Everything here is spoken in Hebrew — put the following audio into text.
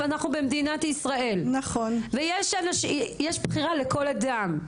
אנחנו במדינת ישראל וכאן יש בחירה לכל אדם.